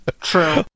True